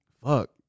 fuck